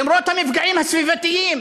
למרות המפגעים הסביבתיים.